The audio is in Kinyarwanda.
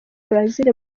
brazil